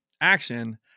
action